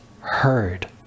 heard